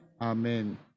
Amen